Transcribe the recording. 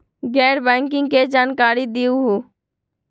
गैर बैंकिंग के जानकारी दिहूँ?